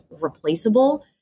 replaceable